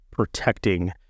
protecting